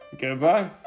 Goodbye